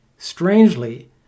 Strangely